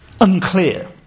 unclear